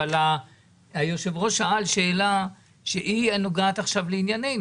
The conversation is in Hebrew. אבל היושב-ראש שאל שאלה שהיא נוגעת עכשיו לענייננו.